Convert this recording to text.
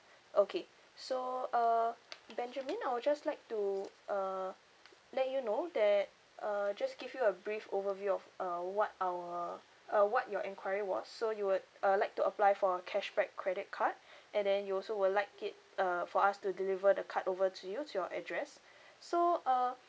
okay so uh benjamin I would just like to uh let you know that uh just give you a brief overview of uh what our uh what your enquiry was so you would uh like to apply for a cashback credit card and then you also would like it uh for us to deliver the card over to you to your address so uh